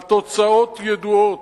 והתוצאות ידועות: